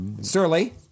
Surly